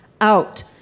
out